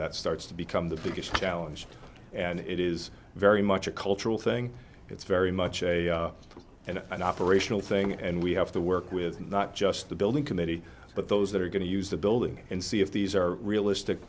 that starts to become the biggest challenge and it is very much a cultural thing it's very much a and an operational thing and we have to work with not just the building committee but those that are going to use the building and see if these are realistic